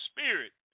Spirit